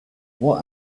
what